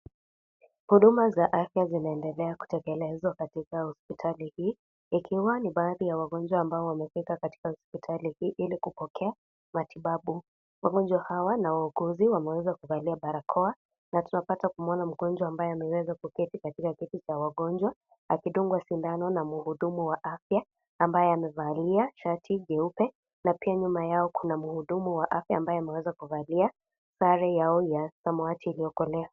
Huduma za afya zinaendelea kutekelezwa katika hospitali hii, ikiwa ni baadhi ya wagonjwa ambao wamefika katika hospitali hii ili kupokea matibabu. Wagonjwa hawa na wauguzi wameweza kuvalia barakoa na tunapata kumwona mgonjwa ambaye ameweza kuketi katika kiti cha wagonjwa, akidungwa sindano na mhudumu wa afya, ambaye amevalia shati jeupe na pia nyuma yao kuna mhudumu wa afya ambaye ameweza kuvalia sare yao ya samawati iliyokolea.